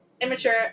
immature